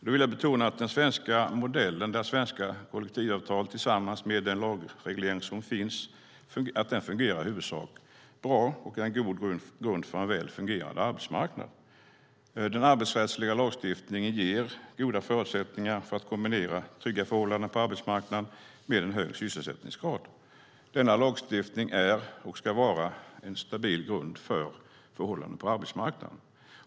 Jag vill betona att den svenska modellen, med svenska kollektivavtal och den lagreglering som finns, i huvudsak fungerar bra. Den är en god grund för en väl fungerande arbetsmarknad. Den arbetsrättsliga lagstiftningen ger goda förutsättningar att kombinera trygga förhållanden på arbetsmarknaden med en hög sysselsättningsgrad. Denna lagstiftning är, och ska vara, en stabil grund för förhållandena på arbetsmarknaden.